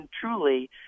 truly